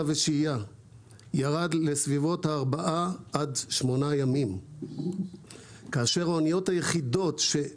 ושהייה ל-4 עד 8 ימים כאשר האניות היחידות -- לא נכון.